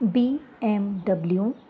BMW